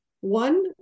One